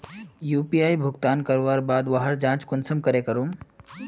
UPI भुगतान करवार बाद वहार जाँच कुंसम करे करूम?